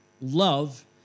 love